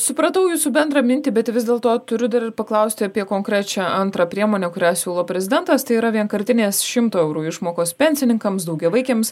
supratau jūsų bendrą mintį bet vis dėlto turiu paklausti apie konkrečią antrą priemonę kurią siūlo prezidentas tai yra vienkartinės šimto eurų išmokos pensininkams daugiavaikėms